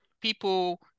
People